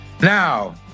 now